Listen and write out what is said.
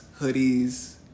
hoodies